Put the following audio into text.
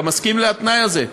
אתה מסכים לתנאי הזה?